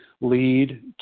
lead